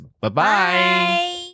Bye-bye